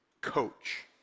Coach